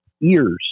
ears